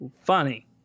funny